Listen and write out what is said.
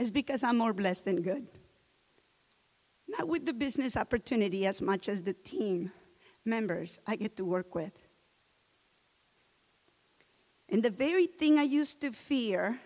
is because i'm more or less than good with the business opportunity as much as the team members i get to work with in the very thing i used to fear